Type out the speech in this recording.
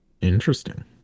Interesting